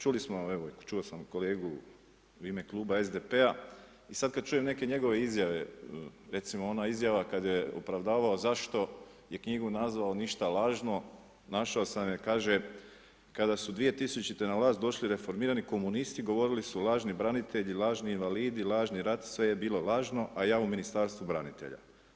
Čuli smo evo i čuo sam kolegu u ime kluba SDP-a i sad kad čujem neke njegove izjave, recimo ona izjava kad je opravdavao zašto je knjigu nazvao ništa lažno našao sam je, kaže kada su 2000. na vlast došli reformirani komunisti govorili su lažni branitelji, lažni invalidi, lažni rat, sve je bilo lažno a ja u Ministarstvu branitelja.